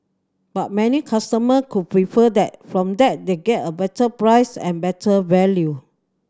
but many customer could prefer that from that they get a better price and better value